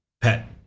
pet